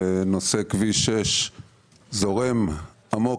ונושא כביש 6 זורם עמוק,